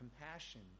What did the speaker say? compassion